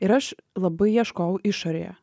ir aš labai ieškau išorėje